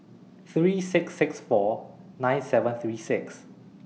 three six six four nine seven three six